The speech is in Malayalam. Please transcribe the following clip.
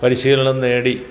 പരിശീലനം നേടി